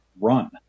run